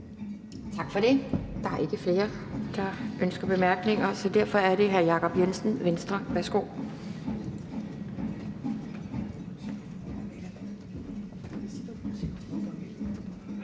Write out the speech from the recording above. Tak for det. Der er ikke flere, der ønsker korte bemærkninger, så derfor er det hr. Jacob Jensen, Venstre. Værsgo.